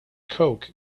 coke